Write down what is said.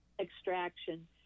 extraction